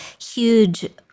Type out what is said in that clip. huge